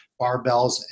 Barbells